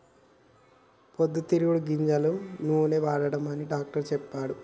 పొద్దు తిరుగుడు గింజల నూనెనే వాడమని డాక్టర్ చెప్పిండు